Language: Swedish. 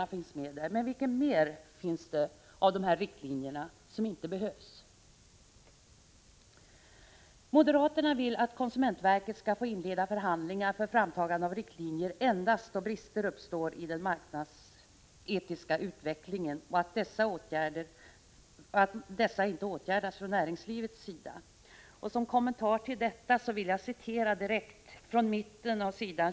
Jag förstår att den som avser stegar finns med, men vilka fler är det som han anser vara onödiga? Moderaterna vill att konsumentverket skall få inleda förhandlingar för framtagande av riktlinjer endast då brister uppstår i den marknadsetiska utvecklingen och dessa inte åtgärdas från näringslivets sida. Som kommentar till detta vill jag citera från mitten av s.